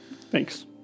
Thanks